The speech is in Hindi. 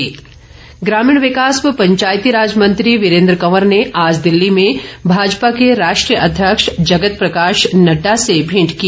मेंट ग्रामीण विकास व पंचायती राज मंत्री वीरेन्द्र कंवर ने आज दिल्ली में भाजपा के राष्ट्रीय अध्यक्ष जगत प्रकाश नड़डा से भेंट की